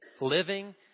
living